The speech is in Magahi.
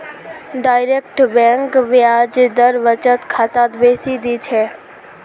डायरेक्ट बैंक ब्याज दर बचत खातात बेसी दी छेक